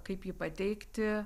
kaip jį pateikti